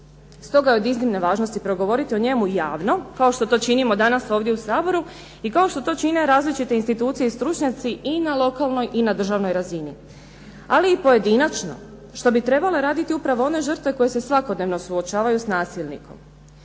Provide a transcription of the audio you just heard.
stoga je od iznimne važnosti progovoriti o njemu javno kao što to činimo danas ovdje u Saboru i kao što to čine različite institucije i stručnjaci i na lokalnoj i na državnoj razini. Ali i pojedinačno što bi trebale raditi upravo one žrtve koje se svakodnevno suočavaju s nasilnikom.